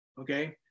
Okay